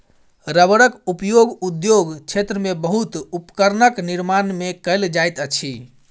रबड़क उपयोग उद्योग क्षेत्र में बहुत उपकरणक निर्माण में कयल जाइत अछि